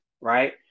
right